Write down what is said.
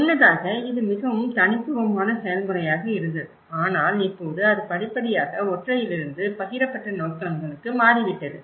முன்னதாக இது மிகவும் தனித்துவமான செயல்முறையாக இருந்தது ஆனால் இப்போது அது படிப்படியாக ஒற்றையிலிருந்து பகிரப்பட்ட நோக்கங்களுக்கு மாறிவிட்டது